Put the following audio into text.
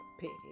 Pity